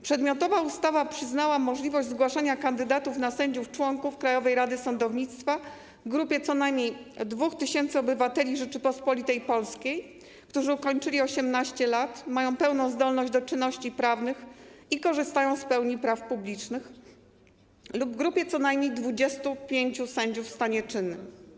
Przedmiotowa ustawa przyznała możliwość zgłaszania kandydatów na sędziów członków Krajowej Rady Sądownictwa grupie co najmniej 2 tys. obywateli Rzeczypospolitej Polskiej, którzy ukończyli 18 lat, mają pełna zdolność do czynności prawnych i korzystają z pełni praw publicznych, lub grupie co najmniej 25 sędziów w stanie czynnym.